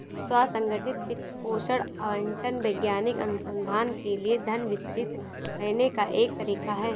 स्व संगठित वित्त पोषण आवंटन वैज्ञानिक अनुसंधान के लिए धन वितरित करने का एक तरीका हैं